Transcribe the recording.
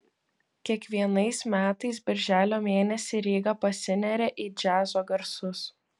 kiekvienais metais birželio mėnesį ryga pasineria į džiazo garsus